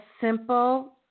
simple